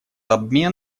обмен